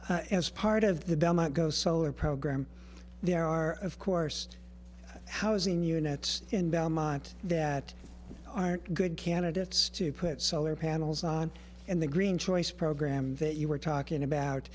but as part of the belmont go solar program there are of course housing units in belmont that aren't good candidates to put solar panels on and the green choice program that you were talking about